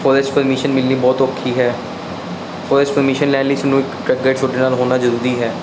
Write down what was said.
forest permission ਮਿਲਣੀ ਬਹੁਤ ਔਖੀ ਹੈ ਫੋਰਿਸਟ ਪਰਮਿਸ਼ਨ ਲੈਣ ਲਈ ਸਾਨੂੰ ਇੱਕ ਤੁਹਾਡੇ ਨਾਲ ਹੋਣਾ ਜ਼ਰੂਰੀ ਹੈ